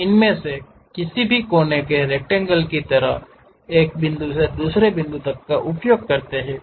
हम इनमें से किसी भी कोने के रेकटंगेल की तरह एक बिंदु से दूसरे बिंदु तक का उपयोग करते हैं